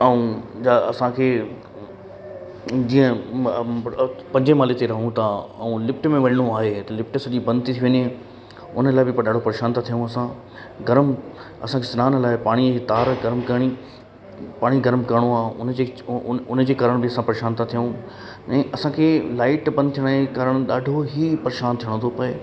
ऐं जा असांखे जीअं पंजे माले ते रहूं था अऊं लिफ्ट में वञणो आहे त लिफ्ट सॼी बंदि ती थी वञे उन लाए बि ॾाढो परेशान ता थियऊं असां गरम असांखे सिनान लाए पाणी जी तार गरम करणी पाणी गरम करिणो आहे उन जे उन जे कारण बि असां परेशान था थियूं अने असांखे लाइट बंदि थियण जे कारणु ॾाढो ई परेशान थियणो थो पए